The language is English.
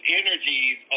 energies